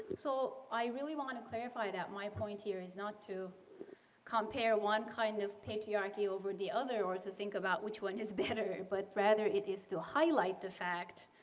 so, i really want to clarify that my point here is not to compare one kind of patriarchy over the other or to think about which one is better. but rather, it is to highlight the fact